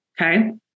Okay